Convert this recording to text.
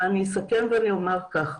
אני אסכם ואני אומר כך,